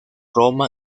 roma